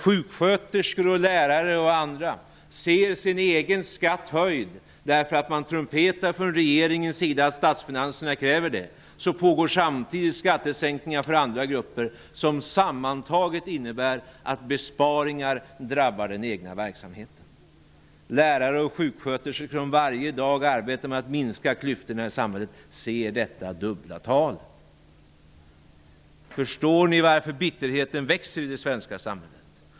Sjuksköterskor, lärare och andra ser nu sin egen skatt höjd därför att man från regeringen trumpetar ut att statsfinanserna kräver det, men samtidigt pågår för andra grupper skattesänkningar, som sammantaget innebär att besparingar drabbar den egna verksamheten. Lärare och sjuksköterskor som varje dag arbetar med att minska klyftorna i samhället ser detta dubbla tal. Förstår ni varför bitterheten växer i det svenska samhället?